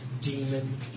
demon